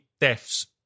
deaths